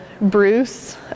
Bruce